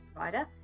provider